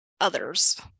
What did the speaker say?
others